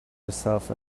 yourself